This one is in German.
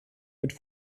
mit